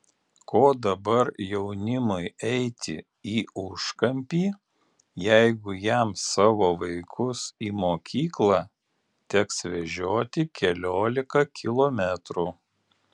ko dabar jaunimui eiti į užkampį jeigu jam savo vaikus į mokyklą teks vežioti keliolika kilometrų